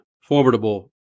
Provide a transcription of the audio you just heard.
formidable